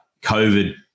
COVID